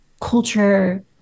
culture